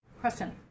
Question